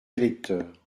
électeurs